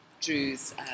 Drew's